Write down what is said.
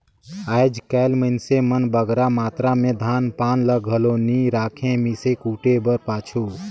आएज काएल मइनसे मन बगरा मातरा में धान पान ल घलो नी राखें मीसे कूटे कर पाछू